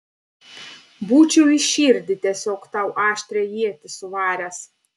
būčiau į širdį tiesiog tau aštrią ietį suvaręs